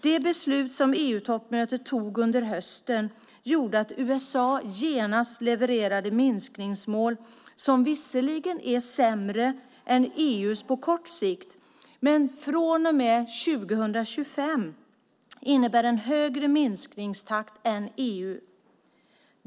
Det beslut som EU-toppmötet tog under hösten gjorde att USA genast levererade minskningsmål som visserligen är sämre än EU:s på kort sikt, men som från och med 2025 innebär en högre minskningstakt än EU.